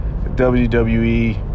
WWE